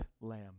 lamb